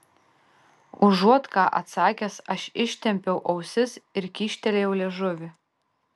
užuot ką atsakęs aš ištempiau ausis ir kyštelėjau liežuvį